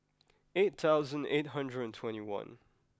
eight thousand eight hundred and twenty one